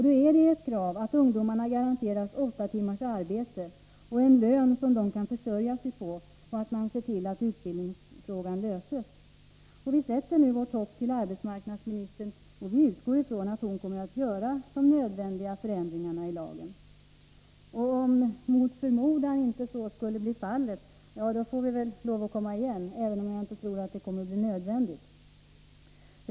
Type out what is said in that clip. Det är ett krav att ungdomarna garanteras åtta timmars arbete och en lön som de kan försörja sig på och att man ser till att utbildningsfrågan löses. Vi sätter nu vårt hopp till arbetsmarknadsministern, och vi utgår ifrån att hon kommer att företa de nödvändiga förändringarna i lagen. Om så mot förmodan inte skulle bli fallet får vi väl komma igen, men jag tror inte att det kommer att bli nödvändigt.